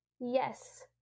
Yes